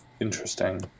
interesting